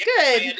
Good